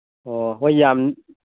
ꯑꯣ ꯍꯣꯏ ꯌꯥꯝ